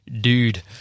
dude